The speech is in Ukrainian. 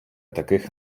таких